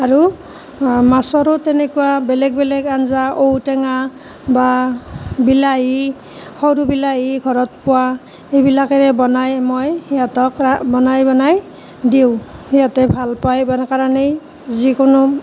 আৰু মাছৰো তেনেকুৱা বেলেগ বেলেগ আঞ্জা ঔটেঙা বা বিলাহী সৰু বিলাহী ঘৰত পোৱা সেইবিলাকেৰে বনাই মই সিহঁতক বনাই বনাই দিওঁ সিহঁতে ভাল পায় কাৰণেই যিকোনো